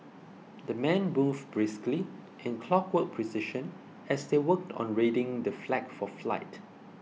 the men moved briskly in clockwork precision as they worked on readying the flag for flight